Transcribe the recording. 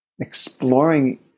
exploring